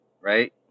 right